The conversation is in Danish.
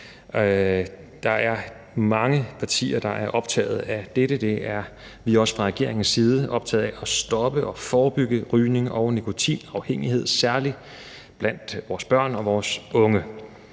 Der er mange partier, der er optaget af dette. Vi er også fra regeringens side optaget af at stoppe og forebygge rygning og nikotinafhængighed, særlig blandt vores børn og vores unge.